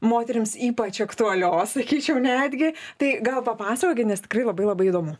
moterims ypač aktualios sakyčiau netgi tai gal papasakokit nes tikrai labai labai įdomu